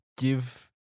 give